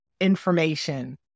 information